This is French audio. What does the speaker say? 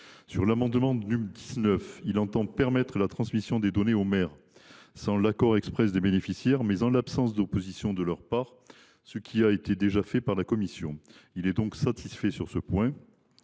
L’amendement n° 19 rectifié tend à permettre la transmission des données aux maires, sans l’accord exprès des bénéficiaires, mais en l’absence d’opposition de leur part, ce qui a été déjà prévu par la commission. Il est donc déjà satisfait à cet